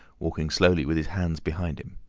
walking slowly with his hands behind him.